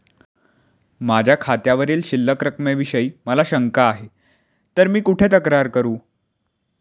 माझ्या खात्यावरील शिल्लक रकमेविषयी मला शंका आहे तर मी कुठे तक्रार करू?